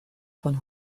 von